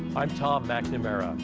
i'm tom mcnamara,